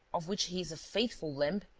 of which he is a faithful limb,